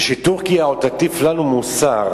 וטורקיה עוד תטיף לנו מוסר.